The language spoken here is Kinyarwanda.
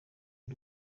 y’u